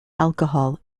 alcohol